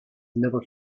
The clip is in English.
never